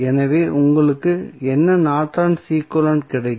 எனவே உங்களுக்கு என்ன நார்டன்ஸ் ஈக்வலன்ட் Nortons equivalent கிடைக்கும்